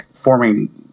forming